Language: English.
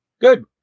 Good